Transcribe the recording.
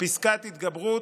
פסקת התגברות,